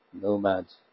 nomads